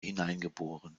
hineingeboren